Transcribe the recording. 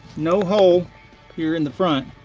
no hole here in the front